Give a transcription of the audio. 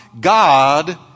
God